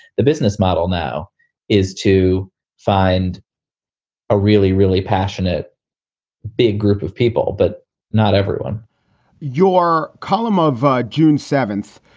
the business model now is to find a really, really passionate big group of people, but not everyone your column of ah june seventh.